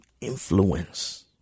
influence